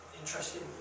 interesting